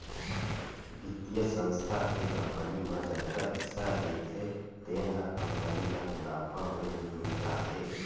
बित्तीय संस्था के कंपनी म जतका हिस्सा रहिथे तेन ह कंपनी ल मुनाफा होए ले मिल जाथे